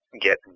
get